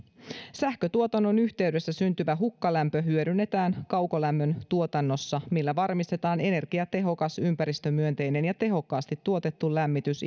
sähkötuotannon yhteydessä syntyvä hukkalämpö hyödynnetään kaukolämmöntuotannossa millä varmistetaan energiatehokas ympäristömyönteinen ja tehokkaasti tuotettu lämmitys